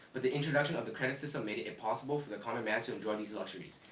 but the introduction of the credit system made it it possible for the common man to enjoy these luxuries.